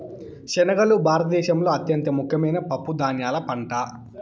శనగలు భారత దేశంలో అత్యంత ముఖ్యమైన పప్పు ధాన్యాల పంట